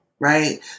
right